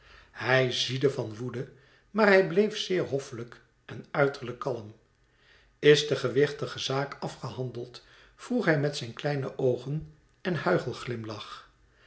hij ziedde van woede maar hij bleef zeer hoffelijk en uiterlijk kalm is de gewichtige zaak afgehandeld vroeg hij met zijn kleine oogen en